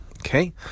Okay